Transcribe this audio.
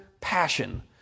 passion